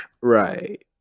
right